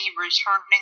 returning